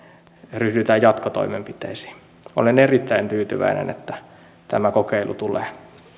ryhdytään jatkotoimenpiteisiin olen erittäin tyytyväinen että tämä kokeilu tulee